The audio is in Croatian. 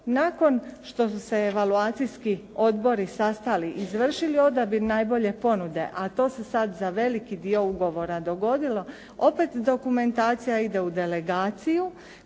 Nakon što su se evaluacijski odbori sastali i izvršili odabir najbolje ponude, a to se sad za veliki dio ugovora dogodilo, opet dokumentacija ide u delegaciju